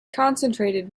concentrated